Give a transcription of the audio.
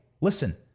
listen